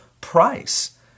price